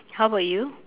how about you